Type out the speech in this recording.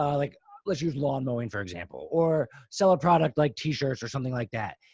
um like let's use lawn mowing, for example, or sell a product like t-shirts or something like that.